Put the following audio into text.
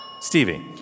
Stevie